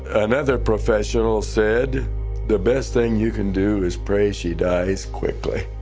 another professional said the best thing you can do is pray she dies quickly.